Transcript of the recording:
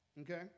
Okay